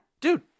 dude